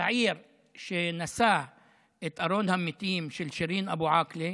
הצעיר שנשא את ארון המתים של שירין אבו עאקלה,